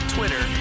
Twitter